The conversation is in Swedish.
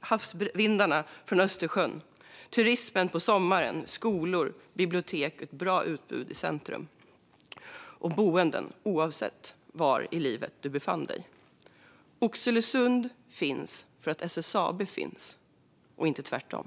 havsvindarna från Östersjön, turismen på sommaren, skolor, bibliotek, ett bra utbud i centrum och boende oavsett var i livet du befann dig. Oxelösund finns för att SSAB finns, och inte tvärtom.